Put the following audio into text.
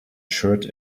shirt